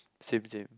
same same